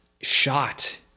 shot